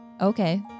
Okay